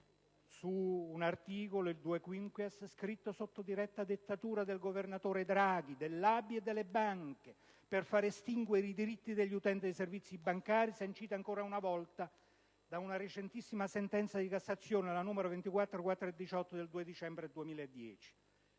sull'articolo 2-*quinquies*, scritto sotto diretta dettatura del governatore Draghi, dell'ABI e delle banche per far estinguere i diritti degli utenti dei servizi bancari, sanciti ancora una volta da una recentissima sentenza di Cassazione, la n. 24418 del 2 dicembre 2010.